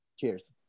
Cheers